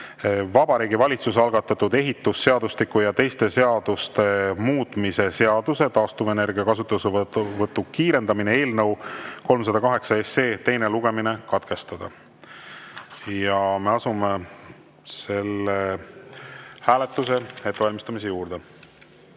Vabariigi Valitsuse algatatud ehitusseadustiku ja teiste seaduste muutmise seaduse (taastuvenergia kasutuselevõttu kiirendamine) eelnõu 308 teine lugemine katkestada. Me asume selle hääletuse ettevalmistamise juurde.